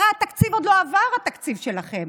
הרי התקציב עוד לא עבר, התקציב שלכם,